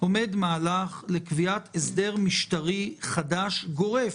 עומד מהלך לקביעת הסדר משטרי חדש גורף,